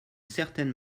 certaine